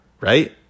right